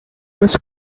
was